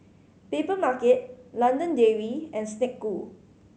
Papermarket London Dairy and Snek Ku